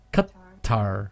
Qatar